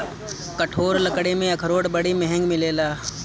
कठोर लकड़ी में अखरोट बड़ी महँग मिलेला